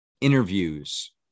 interviews